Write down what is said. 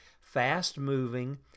fast-moving